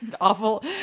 Awful